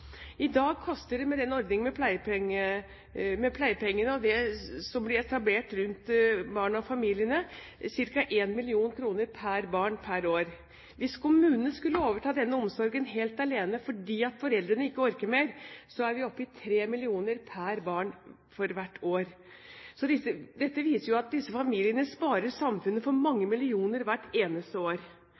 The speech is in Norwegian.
I dag koster det med ordningen med pleiepenger og det som ble etablert rundt barna og familiene, ca. 1 mill. kr per barn per år. Hvis kommunen skulle overta denne omsorgen helt alene fordi foreldrene ikke orker mer, så er vi oppe i utgifter på 3 mill. kr per barn hvert år. Dette viser jo at disse familiene sparer samfunnet for mange millioner kroner hvert eneste år.